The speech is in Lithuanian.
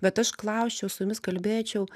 bet aš klausčiau su jumis kalbėčiau